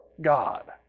God